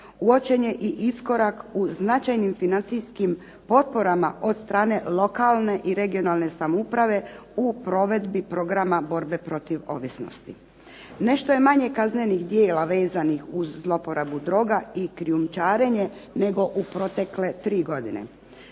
Uočen je i iskorak u značajnim financijskim potporama od strane lokalne i regionalne samouprave u provedbi Programa borbe protiv ovisnosti. Nešto je manje kaznenih djela vezanih uz zloporabu droga i krijumčarenje nego u protekle tri godine.